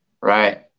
right